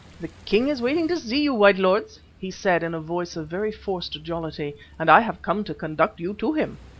the king is waiting to see you, white lords, he said in a voice of very forced jollity, and i have come to conduct you to him.